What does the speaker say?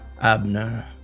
Abner